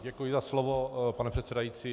Děkuji za slovo, pane předsedající.